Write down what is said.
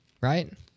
right